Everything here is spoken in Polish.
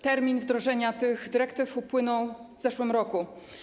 Termin wdrożenia tych dyrektyw upłynął w zeszłym roku.